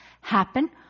happen